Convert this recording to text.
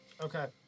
Okay